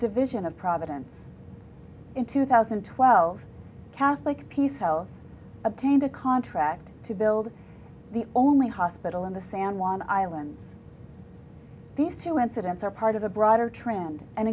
division of providence in two thousand and twelve catholic peace health obtained a contract to build the only hospital in the san juan islands these two incidents are part of a broader trend an